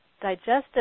digestive